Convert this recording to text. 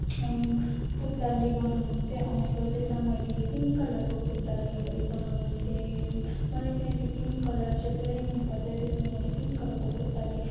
पुतली बनाउनु चाहिँ आउँथ्यो त्यसमा मैले पिङ्क कलरको पुतलीहरू बनाउँथेँ मलाई किनकि पिङ्क कलर चाहिँ पुरै मनपर्थ्यो त्यसमा मैले पिङ्क कलरको पुतली